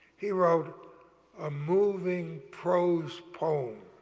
he wrote a moving prose poem